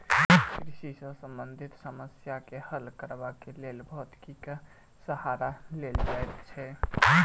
कृषि सॅ संबंधित समस्या के हल करबाक लेल भौतिकीक सहारा लेल जाइत छै